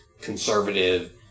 conservative